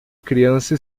criança